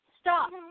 Stop